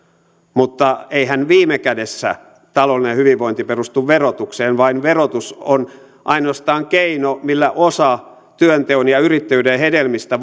mutta eihän viime kädessä taloudellinen hyvinvointi perustu verotukseen vaan verotus on ainoastaan keino millä osa työnteon ja yrittäjyyden hedelmistä